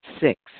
Six